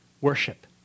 Worship